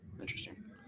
interesting